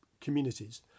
communities